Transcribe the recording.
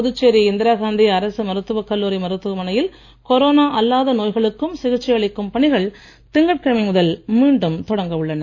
புதுச்சேரி இந்திரா காந்தி அரசு மருத்துவக் கல்லூரி மருத்துவமனையில் கொரோனா அல்லாத நோய்களுக்கும் சிகிச்சை அளிக்கும் பணிகள் திங்கட்கிழமை முதல் மீண்டும் தொடங்க உள்ளன